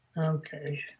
Okay